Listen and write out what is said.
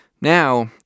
Now